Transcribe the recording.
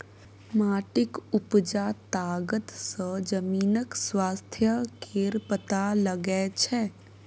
माटिक उपजा तागत सँ जमीनक स्वास्थ्य केर पता लगै छै